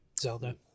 Zelda